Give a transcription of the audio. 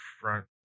front